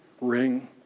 ring